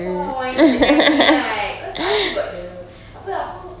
points that kind of thing right cause R_P got the apa apa